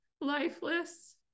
lifeless